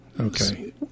Okay